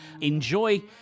enjoy